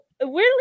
weirdly